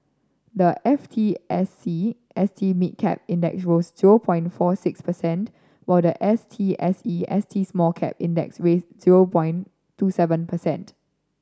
the F T S E S T Mid Cap Index rose zero point four six percent while the S T S E S T Small Cap Index with zero point two seven percent